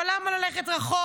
אבל למה ללכת רחוק?